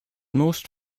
most